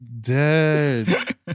Dead